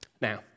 Now